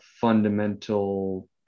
fundamental